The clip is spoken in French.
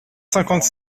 cinquante